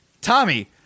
Tommy